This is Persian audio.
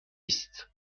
است